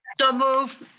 so moved.